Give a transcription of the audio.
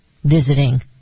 Visiting